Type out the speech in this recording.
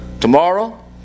Tomorrow